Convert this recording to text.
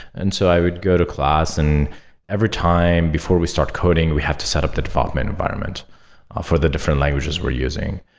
and so i would go to class, and every time before we start coding, we have to set up the development environment for the different languages we're using.